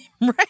right